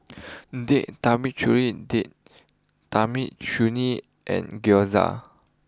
date Tamarind date Tamarind Chutney and Gyoza